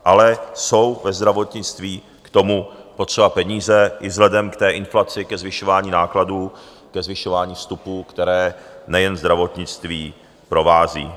Ale jsou ve zdravotnictví k tomu potřeba peníze i vzhledem k té inflaci, ke zvyšování nákladů, ke zvyšování vstupů, které nejen zdravotnictví provází.